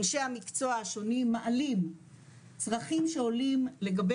אנשי המקצוע השונים מעלים צרכים שעולים לגבי